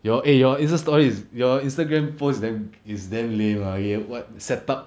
your eh your insta story is your Instagram post is damn it's damn lame lah eh what set up